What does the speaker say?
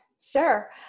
Sure